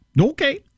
Okay